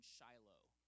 Shiloh